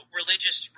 religious